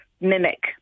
mimic